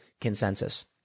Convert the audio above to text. consensus